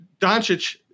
Doncic